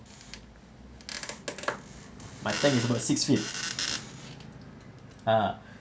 my tank is about six feet ah